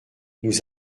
nous